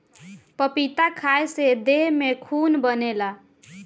पपीता खाए से देह में खून बनेला